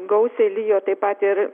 gausiai lijo taip pat ir